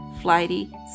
flighty